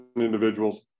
individuals